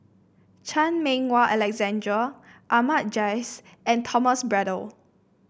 Chan Meng Wah Alexander Ahmad Jais and Thomas Braddell